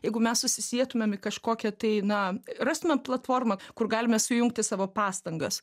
jeigu mes susisietumėm į kažkokią tai na rastume platformą kur galime sujungti savo pastangas